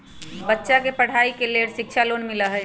बच्चा के पढ़ाई के लेर शिक्षा लोन मिलहई?